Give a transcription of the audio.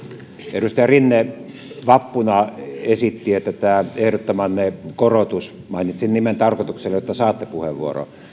edustaja rinne vappuna esitti että tämä ehdottamanne korotus mainitsin nimen tarkoituksella jotta saatte puheenvuoron